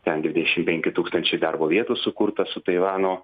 ten dvidešimt penki tūkstančiai darbo vietų sukurta su taivano